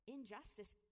Injustice